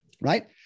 right